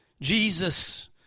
Jesus